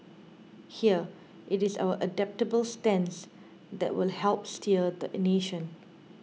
here it is our adaptable stance that will help steer the nation